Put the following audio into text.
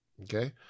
Okay